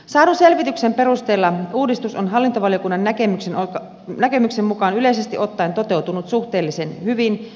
saadun selvityksen perusteella uudistus on hallintovaliokunnan näkemyksen mukaan yleisesti ottaen toteutunut suhteellisen hyvin